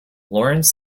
lawrence